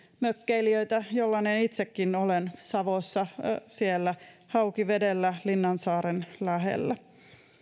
mökkeilijöitä jollainen itsekin olen savossa siellä haukivedellä linnansaaren lähellä